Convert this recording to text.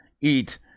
eat